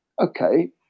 okay